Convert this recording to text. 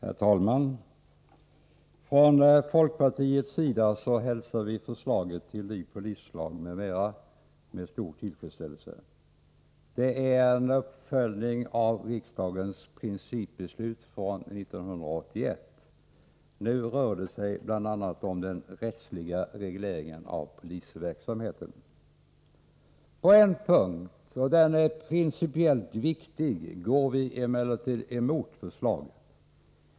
Herr talman! Från folkpartiets sida hälsar vi förslaget till ny polislag m.m. med stor tillfredsställelse. Det är en uppföljning av riksdagens principbeslut från 1981. Nu rör det sig bl.a. om den rättsliga regleringen av polisverksamheten. På en punkt — och den är principiellt viktig — går vi emellertid emot förslaget.